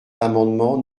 l’amendement